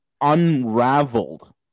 unraveled